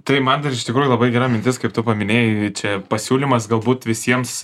tai man dar iš tikrųjų labai gera mintis kaip tu paminėjai čia pasiūlymas galbūt visiems